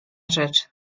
rzecz